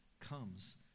comes